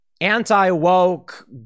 anti-woke